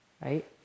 right